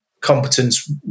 competence